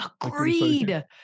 agreed